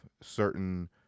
certain